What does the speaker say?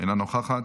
אינה נוכחת,